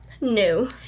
no